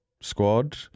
squad